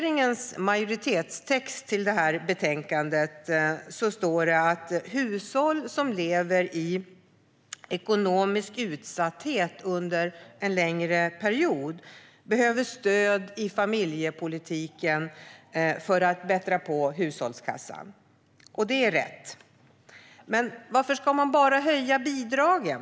I majoritetstexten i betänkandet står det: "Hushåll som lever i ekonomisk utsatthet under längre perioder behöver fortsatt stöd från familjepolitiken för att förbättra hushållets ekonomi." Det är rätt, men varför ska man bara höja bidragen?